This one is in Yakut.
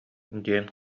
диэн